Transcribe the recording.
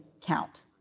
count